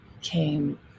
came